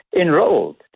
enrolled